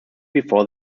before